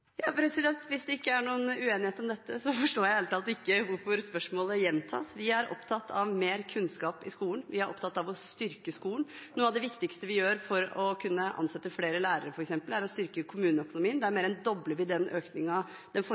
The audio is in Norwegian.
Hvis det ikke er noen uenighet om dette, forstår jeg ærlig talt ikke hvorfor spørsmålet gjentas. Vi er opptatt av mer kunnskap i skolen, og vi er opptatt av å styrke skolen. Noe av det viktigste vi gjør for å kunne ansette flere lærere, f.eks., er å styrke kommuneøkonomien. Der mer enn dobler vi den økningen den